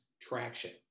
traction